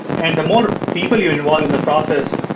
and the more people you involve in the process,